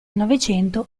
novecento